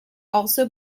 also